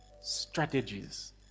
strategies